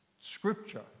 scripture